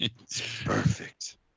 Perfect